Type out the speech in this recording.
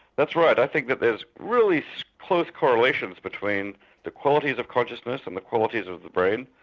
that's right i think that there're really close correlations between the qualities of consciousness and the qualities of the brain,